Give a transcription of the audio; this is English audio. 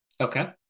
okay